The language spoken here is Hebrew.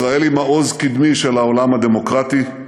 ישראל היא מעוז קדמי של העולם הדמוקרטי,